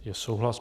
Je souhlas.